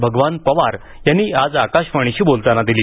भगवान पवार यांनी आज आकाशवाणीशी बोलताना दिली